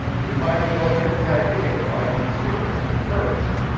he might as well get the idea why he's here from the first,